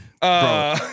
Bro